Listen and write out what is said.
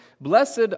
Blessed